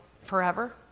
forever